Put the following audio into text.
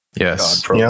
Yes